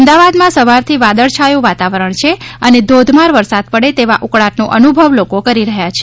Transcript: અમદાવાદમાં સવારથી વાદળછાયું વાતાવરણ છે અને ધોધમાર વરસાદ પડે તેવા ઉકળાટનો અનુભવ લોકો કરી રહ્યાં છે